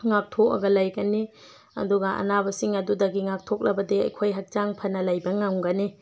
ꯉꯥꯛꯊꯣꯛꯑꯒ ꯂꯩꯒꯅꯤ ꯑꯗꯨꯒ ꯑꯅꯥꯕ ꯁꯤꯡ ꯑꯗꯨꯗꯒꯤ ꯉꯥꯛꯊꯣꯛꯂꯕꯗꯤ ꯑꯩꯈꯣꯏ ꯍꯛꯆꯥꯡ ꯐꯅ ꯂꯩꯕ ꯉꯝꯒꯅꯤ